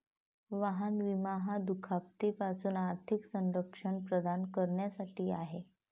वाहन विमा हा दुखापती पासून आर्थिक संरक्षण प्रदान करण्यासाठी आहे